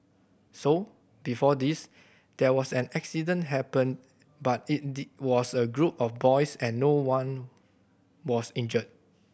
so before this there was an accident happened but it was a group of boys and no one was injured